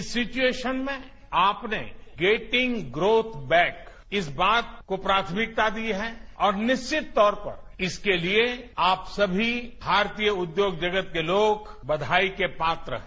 इस सिच्एशेन में आप ने गेंटिंग ग्रोथ बैक इस बात को प्राथमिकता दी है और निश्चित तौर पर इसके लिए आप सभी भारतीय उद्योग जगत के लोग बधाई के पात्र हैं